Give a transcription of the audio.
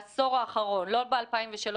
אם בעשור האחרון לא ב-2003,